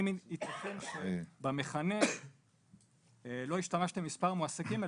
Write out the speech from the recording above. האם יתכן שבמכנה לא השתמשתם במספר מועסקים,